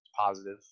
positive